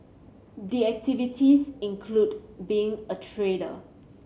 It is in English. the activities include being a trader